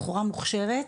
בחורה מוכשרת